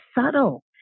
subtle